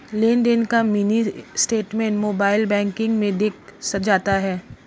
लेनदेन का mini statement mobile banking में दिख जाता है